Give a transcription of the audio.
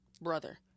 brother